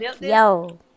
Yo